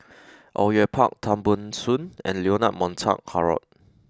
Au Yue Pak Tan Ban Soon and Leonard Montague Harrod